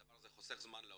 הדבר הזה חוסך זמן לעולים,